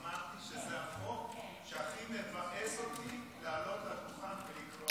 אמרתי שזה החוק שהכי מבאס אותי לעלות לדוכן ולקרוא אותו.